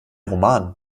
roman